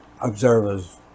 observers